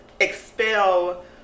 expel